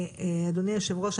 ושאדוני יושב הראש,